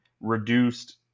reduced